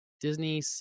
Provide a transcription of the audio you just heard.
Disney